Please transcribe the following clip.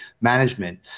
management